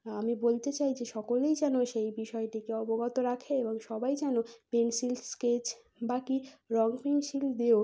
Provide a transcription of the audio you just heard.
আমি বলতে চাই যে সকলেই যেন সেই বিষয়টিকে অবগত রাখে এবং সবাই যেন পেনসিল স্কেচ বা কী রং পেনসিল দিয়েও